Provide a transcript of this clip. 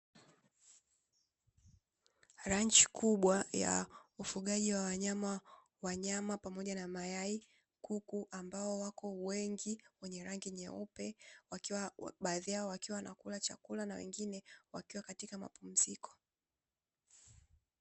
Ranchi kubwa ya ufugaji wa wanyama pamoja na mayai, kuku ambao wako wengi wenye rangi nyeupe baadhi yao wakiwa wanakula chakula na wengine wakiwa katika mapumziko.